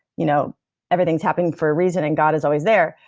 you know everything is happening for a reason, and god is always there,